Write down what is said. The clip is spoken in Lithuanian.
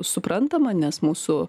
suprantama nes mūsų